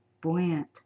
buoyant